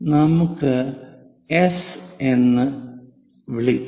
നമുക്ക് S' S' എന്ന് വിളിക്കാം